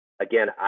again